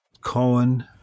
Cohen